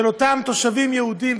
של אותם תושבים יהודים,